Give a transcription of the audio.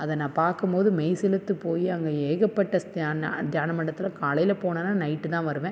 அதை நான் பார்க்கும்போது மெய் சிலிர்த்து போய் அங்கே ஏகப்பட்ட தியான மண்டபத்துல காலையில் போனேனா நைட்டு தான் வருவேன்